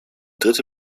dritte